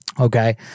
okay